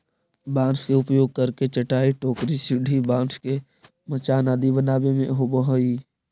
बाँस के उपयोग करके चटाई, टोकरी, सीढ़ी, बाँस के मचान आदि बनावे में होवऽ हइ